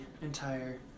entire